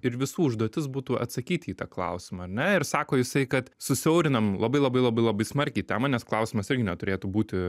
ir visų užduotis būtų atsakyti į klausimą ar ne ir sako jisai kad susiaurinam labai labai labai labai smarkiai temą nes klausimas irgi neturėtų būti